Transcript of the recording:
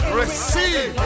receive